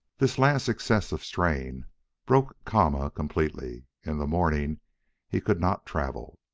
this last excessive strain broke kama completely. in the morning he could not travel.